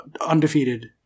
undefeated